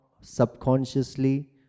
subconsciously